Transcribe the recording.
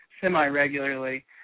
semi-regularly